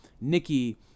Nikki